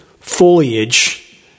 foliage